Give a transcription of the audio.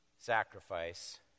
sacrifice